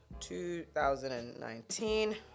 2019